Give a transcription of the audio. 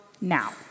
now